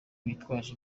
bitwaje